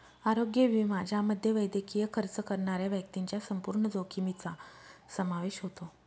आरोग्य विमा ज्यामध्ये वैद्यकीय खर्च करणाऱ्या व्यक्तीच्या संपूर्ण जोखमीचा समावेश होतो